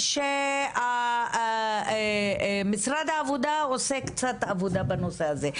תמצאי שמשרד העבודה עושה קצת עבודה בנושא הזה,